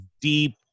deep